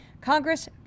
Congress